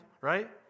right